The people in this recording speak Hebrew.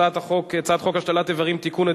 הצעת חוק השתלת אברים (תיקון,